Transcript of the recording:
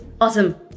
Awesome